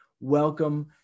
welcome